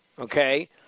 okay